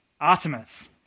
Artemis